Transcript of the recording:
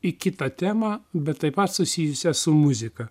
į kitą temą bet taip pat susijusią su muzika